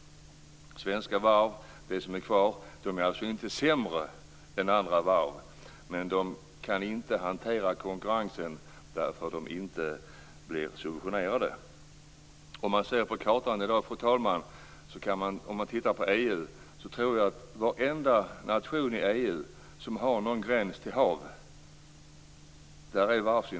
De som är kvar av de svenska varven är alltså inte sämre än andra varv, men de kan inte hantera konkurrensen eftersom de inte blir subventionerade. Fru talman! Låt oss titta på kartan över EU i dag. Jag tror att varvsindustrin fortfarande är subventionerad i varenda nation i EU som har en gräns mot havet.